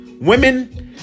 women